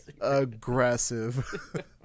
aggressive